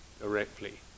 directly